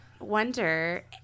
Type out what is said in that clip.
wonder